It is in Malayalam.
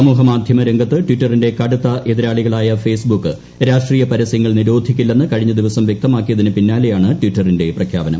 സമൂഹമാധ്യമ രംഗത്ത് ട്വിറ്ററിന്റെ കടുത്ത എതിരാളികളായ ഫേസ്ബുക്ക് രാഷ്ട്രീയ പരസ്യങ്ങൾ നിരോധിക്കില്ലെന്നു കഴിഞ്ഞ ദിവസം വ്യക്തമാക്കിയതിനു പിന്നാലെയാണു ട്ടിറ്ററിൻറെ പ്രഖ്യാപനം